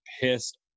pissed